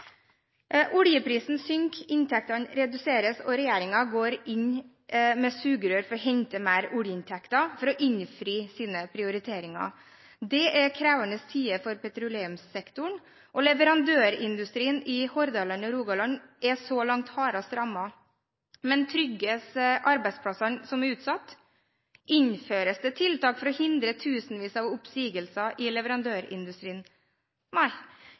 Oljeprisen synker, inntektene reduseres, og regjeringen går inn med sugerør for å hente mer oljeinntekter for å innfri sine prioriteringer. Det er krevende tider for petroleumssektoren, og leverandørindustrien i Hordaland og Rogaland er så langt hardest rammet. Men trygges arbeidsplassene som er utsatt? Innføres det tiltak for å hindre tusenvis av oppsigelser i leverandørindustrien? Nei,